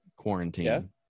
quarantine